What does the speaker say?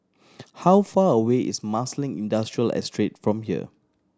how far away is Marsiling Industrial Estate from here